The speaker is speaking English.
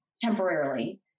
temporarily